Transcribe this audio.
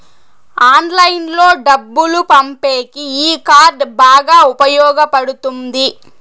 ఆన్లైన్లో డబ్బులు పంపేకి ఈ కార్డ్ బాగా ఉపయోగపడుతుంది